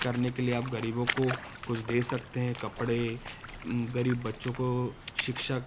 करने के लिए आप गरीबों को कुछ दे सकते हैं कपड़े गरीब बच्चों को शिक्षक